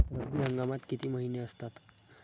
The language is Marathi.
रब्बी हंगामात किती महिने असतात?